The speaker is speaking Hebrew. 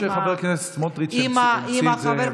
זה לא שחבר הכנסת סמוטריץ' המציא את זה,